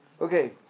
okay